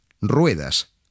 ruedas